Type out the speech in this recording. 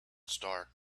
star